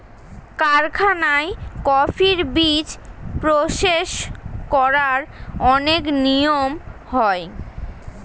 কারখানায় কফির বীজ প্রসেস করার অনেক নিয়ম হয়